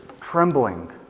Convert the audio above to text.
trembling